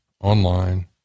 online